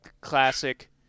classic